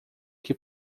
que